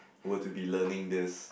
were to be learning this